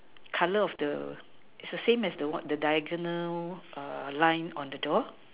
colour of the is the same as the diagonal line on the door